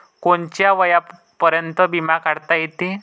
कोनच्या वयापर्यंत बिमा काढता येते?